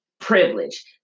privilege